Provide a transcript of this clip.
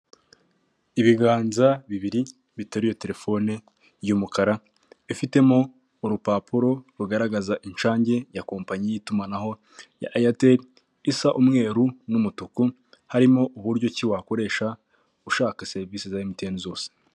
Ibiganza bibiri, biteruye telefone y'umukara, ifitemo urupapuro rugaragaza inshange ya kompanyi y'itumanaho ya eyateri, isa umweru n'umutuku harimo uburyo ki wakoresha ushaka serivisi za emutiyeni zose.